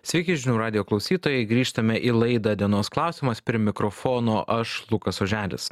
sveiki žinių radijo klausytojai grįžtame į laidą dienos klausimas prie mikrofono aš lukas oželis